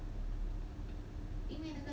you need